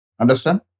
Understand